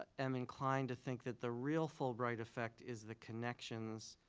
am inclined to think that the real fulbright effect is the connections,